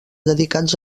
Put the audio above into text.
dedicats